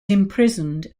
imprisoned